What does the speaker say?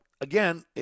again